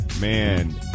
man